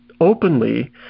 openly